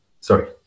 Sorry